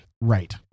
Right